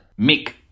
Mick